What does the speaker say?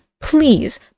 please